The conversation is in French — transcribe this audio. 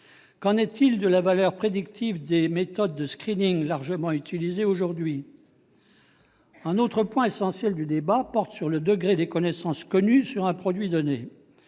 Qu'en est-il de la valeur prédictive des méthodes de largement utilisées aujourd'hui ? Un point essentiel du débat porte sur le degré des connaissances connues sur un produit donné,